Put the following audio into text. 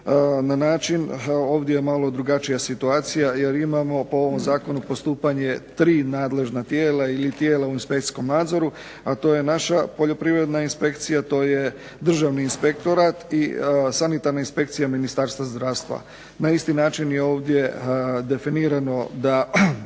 na način, a ovdje je malo drugačija situacija jer imamo po ovom zakonu postupanje 3 nadležna tijela ili tijela u inspekcijskom nadzoru, a to je naša Poljoprivredna inspekcija, to je Državni inspektorat i Sanitarna inspekcija Ministarstva zdravstva. Na isti način je ovdje definirano da